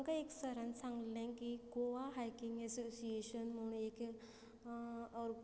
आमकां एक सरान सांगल्लें की गोवा हायकींग एसोसियेशन म्हूण एक